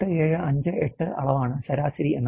8758 അളവാണ് ശരാശരി എന്നാണ്